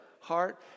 heart